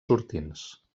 sortints